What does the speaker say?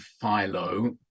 philo